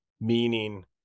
meaning